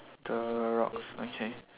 the rocks okay